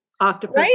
octopus